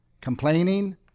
Complaining